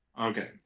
Okay